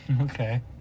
Okay